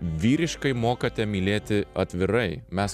vyriškai mokate mylėti atvirai mes